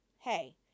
Hey